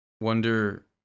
wonder